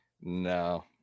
No